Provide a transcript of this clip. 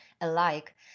alike